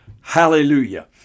Hallelujah